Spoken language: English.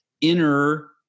inner